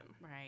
Right